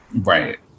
Right